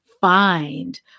find